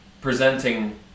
presenting